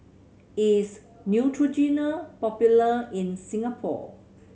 is Neutrogena popular in Singapore